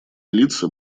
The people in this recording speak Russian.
лица